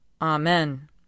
Amen